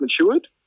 matured